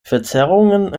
verzerrungen